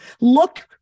look